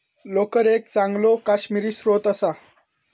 लोकर एक चांगलो काश्मिरी स्त्रोत असा